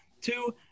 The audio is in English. two